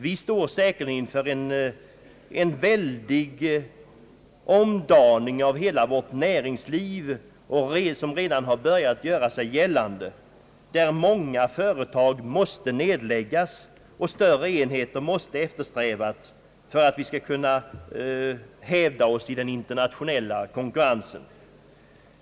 Vi står säkerligen inför en väldig omdaning av hela vårt näringsliv som redan har börjat göra sig gällande, där många företag måste nedläggas och större enheter måste eftersträvas för att vi skall kunna hävda oss i den internationella konkurrensen.